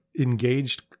engaged